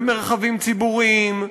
ומרחבים ציבוריים,